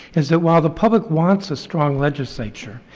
is that while the public wants a strong legislature,